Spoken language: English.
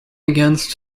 against